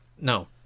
No